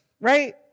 Right